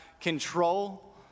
control